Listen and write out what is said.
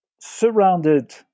surrounded